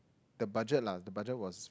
the budget lah the budget was